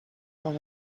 film